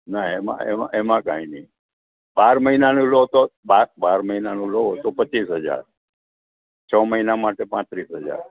ના એમાં એમાં એમાં કાંઈ નહીં બાર મહિનાનું લો તો બાર મહિનાનું લો તો પચીસ હજાર છ મહિના માટે પાંત્રીસ હજાર